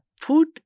Food